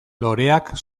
loreak